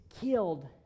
killed